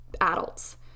adults